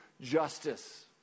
justice